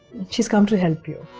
she's come to help you.